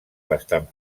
bastant